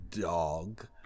dog